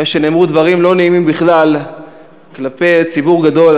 אחרי שנאמרו דברים לא נעימים בכלל כלפי ציבור גדול,